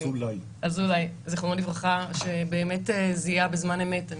אזולאי, זכרונו לברכה, שבאמת זיהה בזמן אמת את